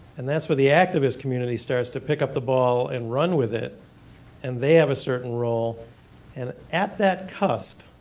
and that's where the activist community starts to pick up the ball and run with it and they have a certain role and at that cusp,